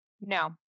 No